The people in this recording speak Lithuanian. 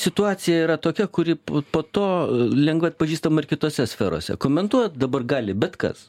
situacija yra tokia kuri po to lengva atpažįstama ir kitose sferose komentuot dabar gali bet kas